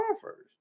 first